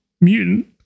mutant